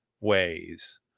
ways